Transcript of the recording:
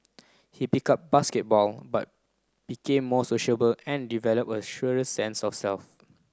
he picked up basketball but became more sociable and developed a surer sense of self